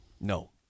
No